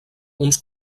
uns